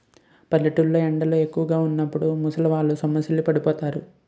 పల్లెటూరు లో ఎండలు ఎక్కువుగా వున్నప్పుడు ముసలివాళ్ళు సొమ్మసిల్లి పడిపోతారు